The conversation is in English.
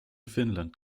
finland